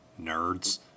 Nerds